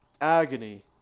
agony